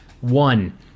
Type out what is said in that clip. one